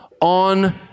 on